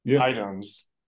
items